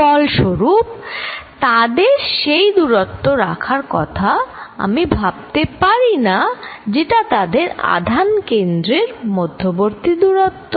ফল স্বরূপ তাদের সেই দূরত্বে রাখার কথা আমি ভাবতে পারিনা যেটা তাদের আধান কেন্দ্রের মধ্যবর্তী দূরত্ব